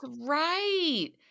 right